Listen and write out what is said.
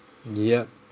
yup